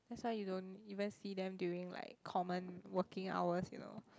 that's why you don't even see them during like common working hours you know